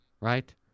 Right